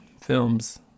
films